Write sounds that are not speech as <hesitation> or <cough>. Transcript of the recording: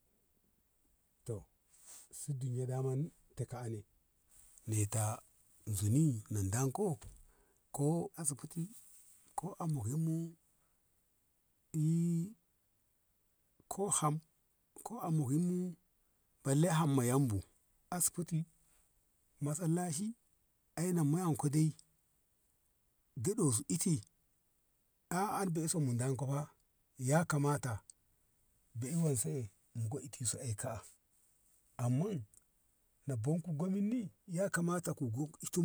to suden daman taka ne neta zuni na danko ko asibiti ko a mokin ni <hesitation> ko ham ko a mokin ni balle ham ma yam bu asibiti masallaci aina ma yyanko dai geɗo i iti a`a an dei so wanko fa ya kamata be i wen se e goiti so e ta a amma na bon ku gomin ni yakamata ku.